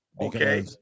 Okay